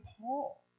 Paul